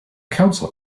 council